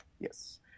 Yes